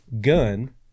gun